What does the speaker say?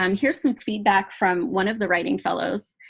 um here's some feedback from one of the writing fellows.